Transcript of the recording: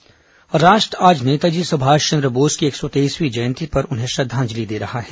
सुभाषचंद्र बोस जयंती राष्ट्र आज नेताजी सुभाषचंद्र बोस की एक सौ तेईसवीं जयंती पर उन्हें श्रद्वाजंलि दे रहा है